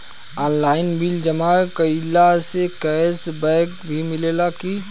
Online bill जमा कईला से कैश बक भी मिलेला की?